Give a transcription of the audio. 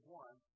one